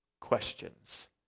questions